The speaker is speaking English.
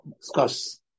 discuss